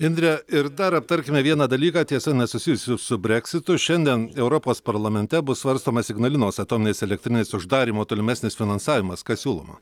indre ir dar aptarkime vieną dalyką tiesa nesusijusį su breksitu šiandien europos parlamente bus svarstomas ignalinos atominės elektrinės uždarymo tolimesnis finansavimas kas siūloma